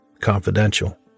Confidential